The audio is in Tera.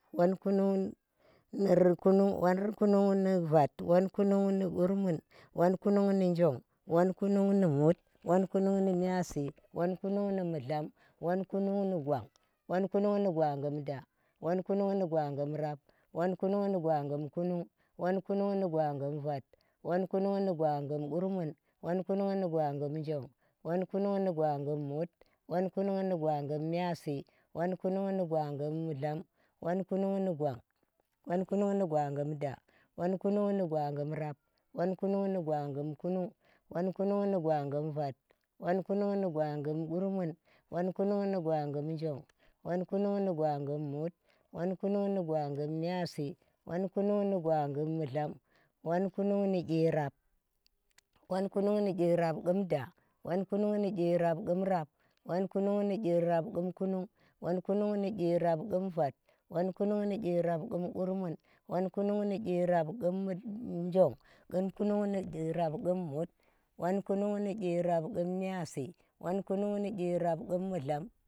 Whon kunung nir kunung. whon kunung ni vat kunung ni qurmnun, whon kunung ni njong, whon kunung ni mut, whon kunung ni myiyasi, whon kunung ni mudlam, whon kunung ni gwan, whon kunung ni gwagum da, whon kunung ni gwagum vat, whon kunung ni gwagum njong, whon kunung ni gwagum mut, whon kunung ni gwagum mudlam, whon kunung ni gwan. whon kunung ni gwangum da, whont kunung ni gwagum rap, whon kunung ni gwagum kunung, whon kunng ni gwagum vat, whon kunung ni gwagum qurmun, whon kunung ni gwagum njong whon kunung ni gwagum mut, whon kunung ni gwagum myiyasi, whon kunung ni gwagum mudlam, whon kunung ni qirap, whon kunung nu girap qum da, whon kunung ni qirap qum rap whon kunung ni vat, whon kunung ni qirap qum qurmun, whon kunung ni qirap kunung qum njong, whon kunung ni qirap qum mut, whon kunung ni qirap qum myiyasi, whon kunung ni qirap qum mudlam.